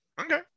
Okay